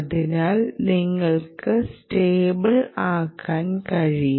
അതിനാൽ നിങ്ങൾക്ക് സ്റ്റേബിൾ ആക്കാൻ കഴിയും